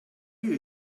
you